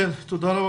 תודה.